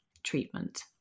treatment